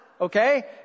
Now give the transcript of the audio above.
Okay